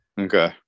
Okay